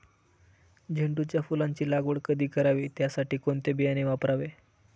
झेंडूच्या फुलांची लागवड कधी करावी? त्यासाठी कोणते बियाणे वापरावे?